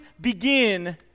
begin